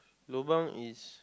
lobang is